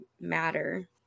matter